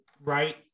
right